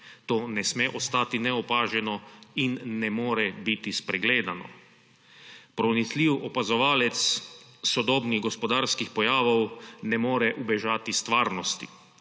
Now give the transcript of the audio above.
To ne sme ostati neopaženo in ne more biti spregledano. Pronicljiv opazovalec sodobnih gospodarskih pojavov ne more ubežati stvarnosti.